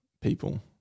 people